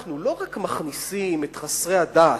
שאנחנו לא רק מכניסים את חסרי הדת,